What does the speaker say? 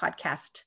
podcast